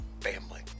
family